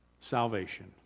Salvation